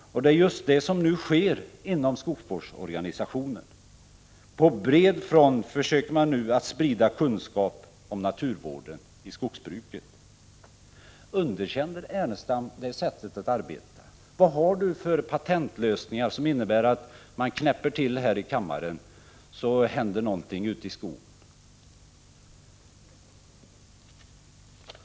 Och det är just detta som nu sker inom skogsvårdsorganisationen — på bred front försöker man nu sprida kunskap om naturvården i skogsbruket. Underkänner Lars Ernestam det sättet att arbeta? Vad har ni för patentlösningar som innebär att man knäpper till här i kammaren, så händer någonting ute i skogen?